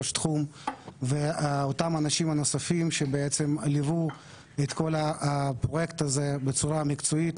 ראש תחום; ואותם אנשים נוספים שליוו את כל הפרויקט הזה בצורה המקצועית.